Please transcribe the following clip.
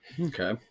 Okay